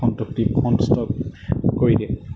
সন্তোষ দি সন্তুষ্ট কৰি দিয়ে